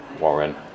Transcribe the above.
Warren